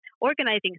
organizing